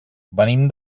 venim